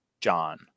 John